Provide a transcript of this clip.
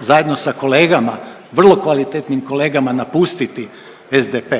zajedno sa kolegama, vrlo kvalitetnim kolegama napustiti SDP.